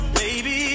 baby